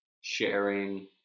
sharing